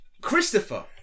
Christopher